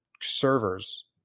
servers